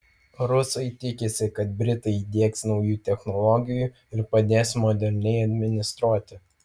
rusai tikisi kad britai įdiegs naujų technologijų ir padės moderniai administruoti